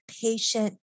patient